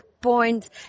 points